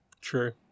True